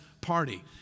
party